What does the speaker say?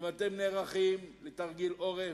אם אתם נערכים לתרגיל עורף,